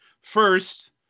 First